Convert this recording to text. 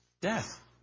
death